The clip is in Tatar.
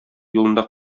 юлында